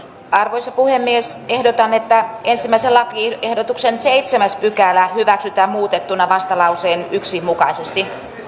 arvoisa puhemies ehdotan että ensimmäisen lakiehdotuksen seitsemäs pykälä hyväksytään muutettuna vastalauseen yksi mukaisesti